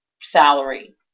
salary